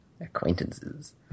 Acquaintances